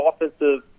offensive